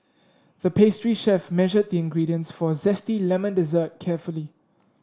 the pastry chef measured the ingredients for a zesty lemon dessert carefully